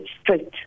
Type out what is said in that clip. straight